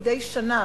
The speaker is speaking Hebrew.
מדי שנה,